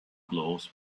gloves